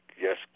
Yes